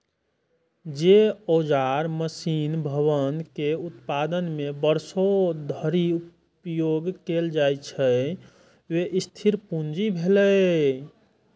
जे औजार, मशीन, भवन केर उत्पादन मे वर्षों धरि उपयोग कैल जाइ छै, ओ स्थिर पूंजी भेलै